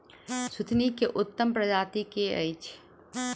सुथनी केँ उत्तम प्रजाति केँ अछि?